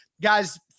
Guys